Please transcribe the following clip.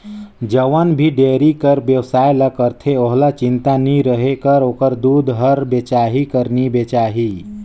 जउन भी डेयरी कर बेवसाय ल करथे ओहला चिंता नी रहें कर ओखर दूद हर बेचाही कर नी बेचाही